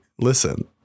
listen